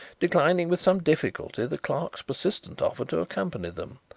declining with some difficulty the clerk's persistent offer to accompany them.